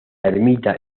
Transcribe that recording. ermita